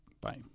Bye